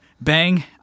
Bang